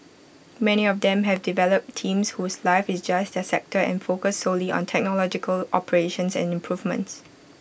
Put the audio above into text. many of them have developed teams whose life is just their sector and focus solely on technological operations and improvements